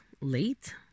late